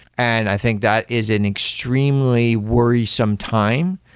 and i think that is an extremely worrisome time,